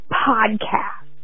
podcast